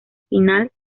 final